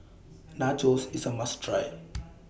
Nachos IS A must Try